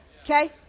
Okay